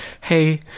hey